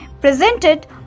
presented